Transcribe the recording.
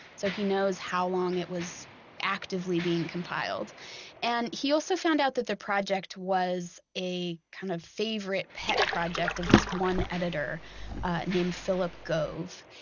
so he knows how long it was actively being compiled and he also found out that the project was a kind of favorite pet project of this one editor named philip gove.